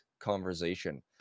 conversation